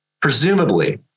Presumably